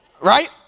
Right